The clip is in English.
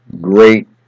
great